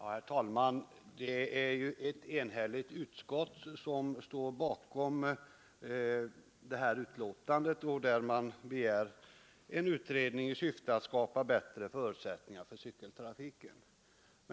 Herr talman! Det står ett enhälligt utskott betänkande, i vilket man begär en utredning i syfte att skapa bättre förutsättningar för cykeltrafiken.